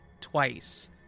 twice